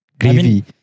gravy